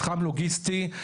מתחם לוגיסטי.